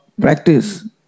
practice